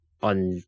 on